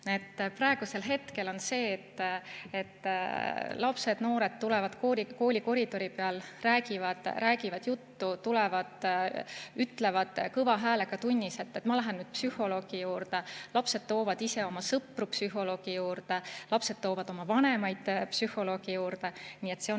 Praegu on see, et lapsed, noored tulevad kooli koridori peal juurde, räägivad juttu, ütlevad kõva häälega tunnis, et ma lähen nüüd psühholoogi juurde, lapsed toovad ise oma sõpru psühholoogi juurde, lapsed toovad oma vanemaid psühholoogi juurde. Nii et see on